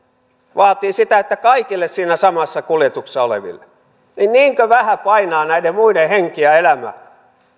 vaatii sitä että kaikille siinä samassa kuljetuksessa oleville niinkö vähän painaa näiden muiden henki ja elämä